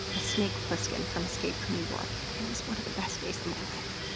as snake plissken from escape from new york, and it was one of the best days of my life.